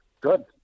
good